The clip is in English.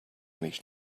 many